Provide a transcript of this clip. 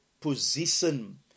Position